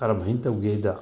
ꯀꯔꯝꯍꯥꯏꯅ ꯇꯧꯒꯦꯗ